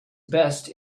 best